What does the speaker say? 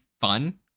fun